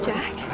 Jack